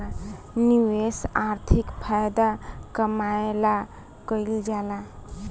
निवेश आर्थिक फायदा कमाए ला कइल जाला